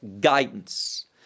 guidance